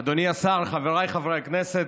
אדוני השר, חבריי חברי הכנסת,